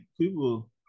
people